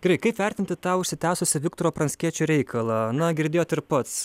gerai kaip vertinti tą užsitęsusį viktoro pranckiečio reikalą na girdėjot ir pats